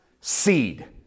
seed